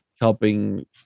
helping